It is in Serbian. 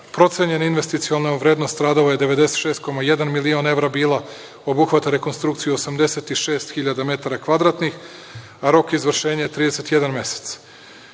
Procenjena investiciona vrednost radova je 96,1 milion evra bila, obuhvata rekonstrukciju 86.000 metara kvadratnih, rok izvršenje je 31 mesec. Uspeli